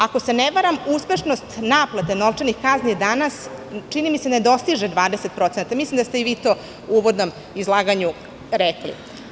Ako se ne varam, uspešnost naplate novčanih kazni danas, čini mi se, ne dostiže 20%, a mislim da ste i vi to u uvodnom izlaganju rekli.